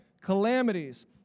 calamities